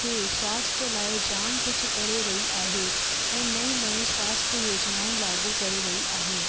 खे स्वास्थ्य लाइ जाम कुझु करे रही आहे ऐं नई नई स्वास्थ्य योजिनाऊं लाॻू करे रही आहे